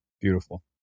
Beautiful